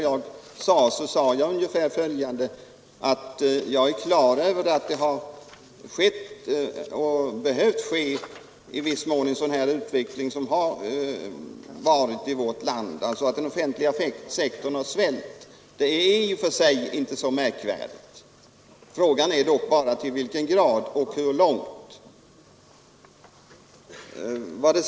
Jag sade ungefär följande: Jag är klar över att det har skett — och måst ske — en ökning av den offentliga sektorn. Det är i och för sig inte så märkvärdigt. Frågan är då bara hur långt den skall få fortsätta att öka.